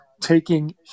taking